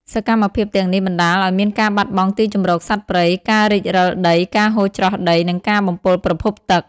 សកម្មភាពទាំងនេះបណ្តាលឱ្យមានការបាត់បង់ទីជម្រកសត្វព្រៃ ការរិចរឹលដី ការហូរច្រោះដី និងការបំពុលប្រភពទឹក។